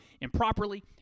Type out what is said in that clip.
improperly